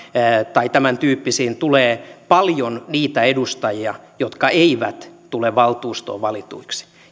tai tämäntyyppisiin tulee paljon niitä edustajia jotka eivät tule valtuustoon valituiksi